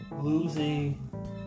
losing